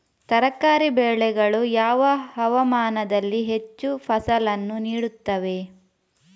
ತರಕಾರಿ ಬೆಳೆಗಳು ಯಾವ ಹವಾಮಾನದಲ್ಲಿ ಹೆಚ್ಚು ಫಸಲನ್ನು ನೀಡುತ್ತವೆ?